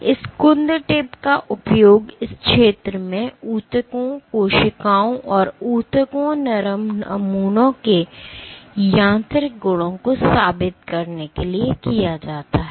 इस कुंद टिप का उपयोग इस क्षेत्र में ऊतकों कोशिकाओं और ऊतकों नरम नमूनों के यांत्रिक गुणों को साबित करने के लिए किया जाता है